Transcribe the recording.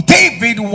David